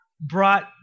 brought